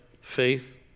Faith